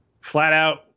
flat-out